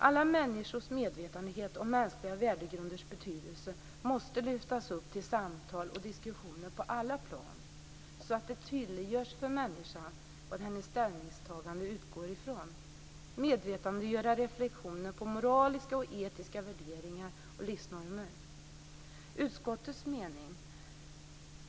Alla människors medvetenhet om mänskliga värdegrunders betydelse måste lyftas upp till samtal och diskussion på alla plan, så att det tydliggörs för människan vad hennes ställningstagande utgår från, medvetandegöra reflexionen på moraliska och etiska värderingar och livsnormer.